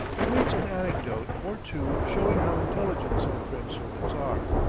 relates an anecdote or two showing how intelligent some french servants are.